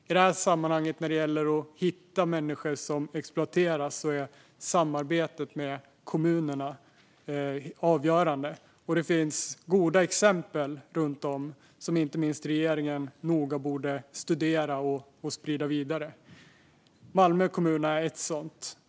I det här sammanhanget, när det gäller att hitta människor som exploateras, är samarbetet med kommunerna avgörande. Det finns goda exempel runt om i landet som inte minst regeringen borde studera noga och sprida vidare. Malmö kommun är ett sådant.